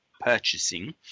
purchasing